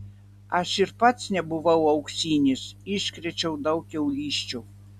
aš ir pats nebuvau auksinis iškrėčiau daug kiaulysčių